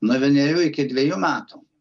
nuo vienerių iki dviejų metų